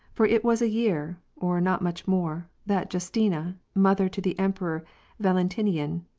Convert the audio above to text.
for it was a year, or not much more, that justina, mother to the emperor valentinian,